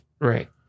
Right